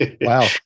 Wow